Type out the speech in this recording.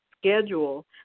schedule